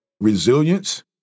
resilience